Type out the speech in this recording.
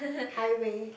highway